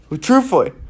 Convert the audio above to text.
Truthfully